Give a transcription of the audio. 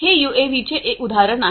हे यूएव्हीचे उदाहरण आहे